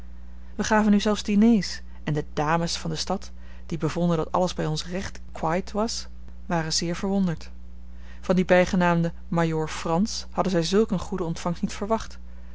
wij gaven nu zelfs diners en de dames van de stad die bevonden dat alles bij ons recht quite was waren zeer verwonderd van die bijgenaamde majoor frans hadden zij zulk eene goede ontvangst niet verwacht